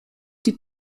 die